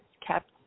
kept